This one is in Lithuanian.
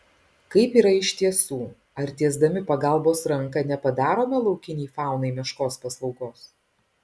kaip yra iš tiesų ar tiesdami pagalbos ranką nepadarome laukiniai faunai meškos paslaugos